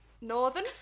Northern